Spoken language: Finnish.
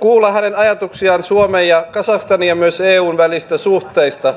kuulla hänen ajatuksiaan suomen ja kazakstanin ja myös eun välisistä suhteista